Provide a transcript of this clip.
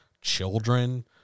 children